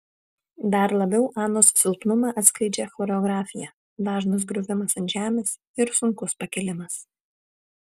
dar labiau anos silpnumą atskleidžia choreografija dažnas griuvimas ant žemės ir sunkus pakilimas